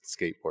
skateboard